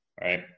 right